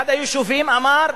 אחד היישובים אמר: